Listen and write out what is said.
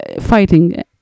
fighting